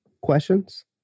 questions